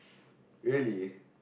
really